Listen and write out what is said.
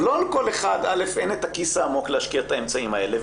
לא לכל אחד יש את הכיס העמוק להשקיע את האמצעים האלה,